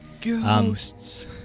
Ghosts